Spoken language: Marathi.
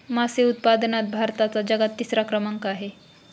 मासे उत्पादनात भारताचा जगात तिसरा क्रमांक आहे